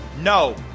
No